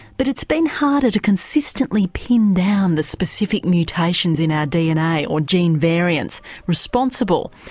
but it's been harder to consistently pin down the specific mutations in our dna, or gene variants responsible.